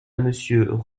monsieur